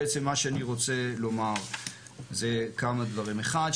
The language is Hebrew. בעצם מה שאני רוצה לומר זה כמה דברים: אחד,